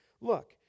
Look